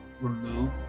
remove